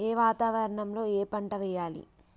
ఏ వాతావరణం లో ఏ పంట వెయ్యాలి?